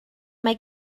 mae